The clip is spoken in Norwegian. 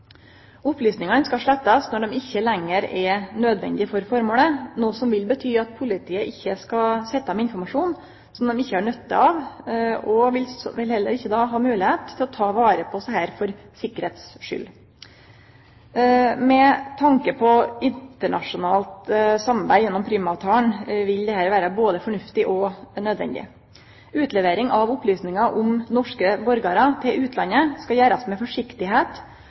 Opplysningane skal slettast når dei ikkje lenger er nødvendige for formålet, noko som vil bety at politiet ikkje skal sitte med informasjon som dei ikkje har nytte av – og heller ikkje vil ha moglegheit til å ta vare på «for sikkerheits skyld». Med tanke på internasjonalt samarbeid gjennom Prüm-avtalen vil dette vere både fornuftig og nødvendig. Utlevering av opplysningar om norske borgarar til utlandet skal gjerast med forsiktigheit,